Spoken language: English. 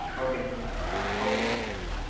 okay madam okay